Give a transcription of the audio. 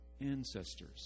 ancestors